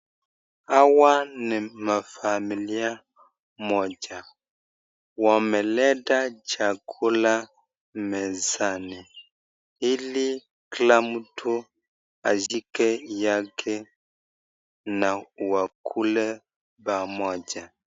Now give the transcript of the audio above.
Hawa ni mafamilia moja wameleta chakula mezani ili kila mtu ashike yake na wakule pamoja.